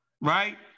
right